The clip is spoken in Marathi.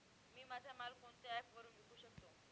मी माझा माल कोणत्या ॲप वरुन विकू शकतो?